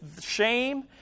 shame